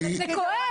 אבל זה כואב.